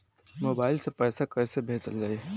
Mobile से पैसा कैसे भेजल जाइ?